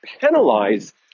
penalize